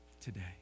today